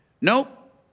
Nope